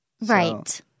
Right